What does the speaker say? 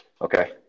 Okay